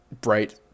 bright